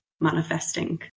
manifesting